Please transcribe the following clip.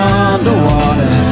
underwater